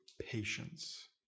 patience